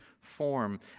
form